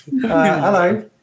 Hello